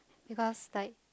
because like